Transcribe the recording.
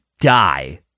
die